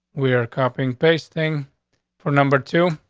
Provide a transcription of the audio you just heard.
we're copping basting for number two?